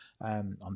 on